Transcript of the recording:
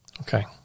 Okay